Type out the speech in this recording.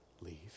leave